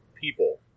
people